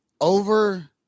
over